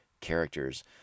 characters